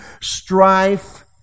Strife